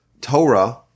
Torah